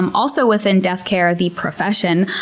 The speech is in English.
also within death care, the profession,